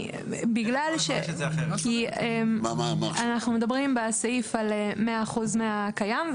כי אנחנו מדברים בסעיף על 100% מהקיים,